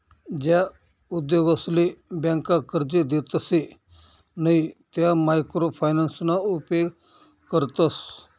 ज्या उद्योगसले ब्यांका कर्जे देतसे नयी त्या मायक्रो फायनान्सना उपेग करतस